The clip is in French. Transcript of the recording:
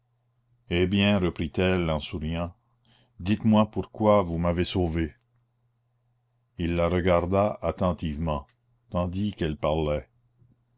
eh bien reprit-elle en souriant dites-moi pourquoi vous m'avez sauvée il la regarda attentivement tandis qu'elle parlait